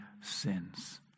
sins